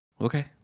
Okay